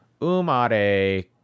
umare